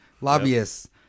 lobbyists